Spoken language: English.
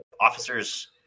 officers